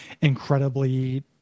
incredibly